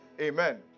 Amen